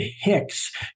Hicks